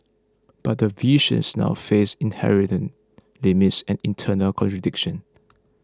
but the visions now faces inherent limits and internal contradiction